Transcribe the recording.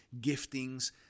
giftings